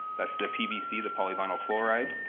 that's the pvc, the polyvinyl chloride,